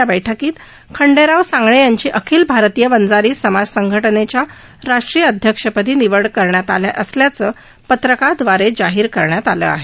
या बैठकीत खंडेराव सांगळे यांची अखिल भारतीय वंजारी समाज संघटनेच्या राष्ट्रीय अध्यक्ष पदी निवड करण्यात आली असल्याचं पत्रकादवारे जाहीर करण्यात आलं आहे